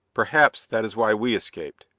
perhaps that is why we escaped.